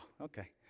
okay